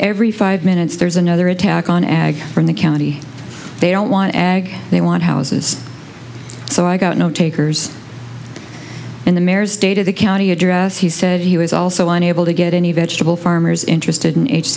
every five minutes there's another attack on ag from the county they don't want ag they want houses so i got no takers in the mare's state of the county address he said he was also unable to get any vegetable farmers interested in